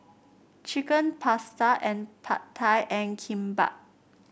Chicken Pasta and Pad Thai and Kimbap